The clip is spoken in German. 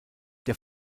der